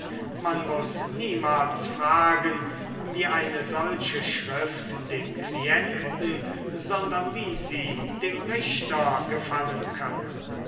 man muß niemals fragen wie eine solche schrift dem klienten sondern wie sie dem richter gefallen könne